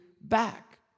back